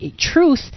Truth